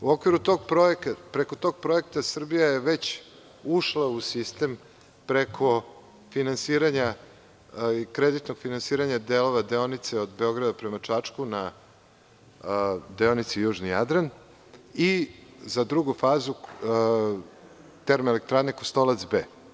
Preko tog projekta Srbija je već ušla u sistem preko finansiranja i kreditnog finansiranja delova deonice od Beograda prema Čačku na deonici Južni Jadran i za drugu fazu Termoelektrane „Kostolac B“